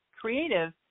creative